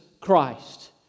Christ